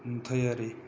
नुथायारि